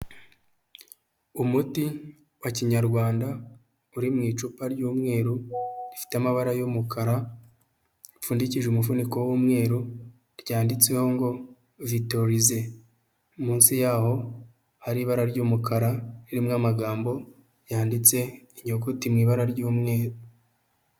Umuti wa kinyarwanda uri mu icupa ry'umweru rifite amabara y'umukara upfundikije umufuniko w'umweru ryanditseho ngo vitorize, munsi y'aho hari ibara ry'umukara ririmwo amagambo yanditse inyuguti mu ibara ry'umweru.